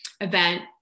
event